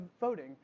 voting